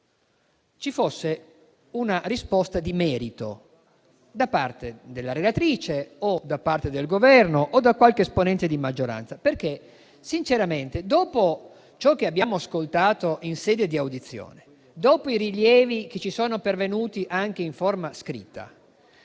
vi fosse una risposta di merito da parte della relatrice o del Governo o da qualche esponente di maggioranza. Sinceramente, dopo ciò che abbiamo ascoltato in sede di audizione, dopo i rilievi che ci sono pervenuti anche in forma scritta,